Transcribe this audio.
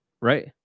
right